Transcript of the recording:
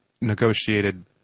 negotiated